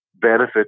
benefit